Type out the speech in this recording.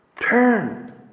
Turn